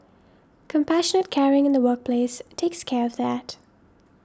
compassion caring in the workplace takes care of that